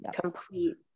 complete